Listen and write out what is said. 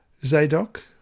Zadok